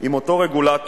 עם אותו רגולטור